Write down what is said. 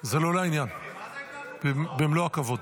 זה לא לעניין, במלוא הכבוד.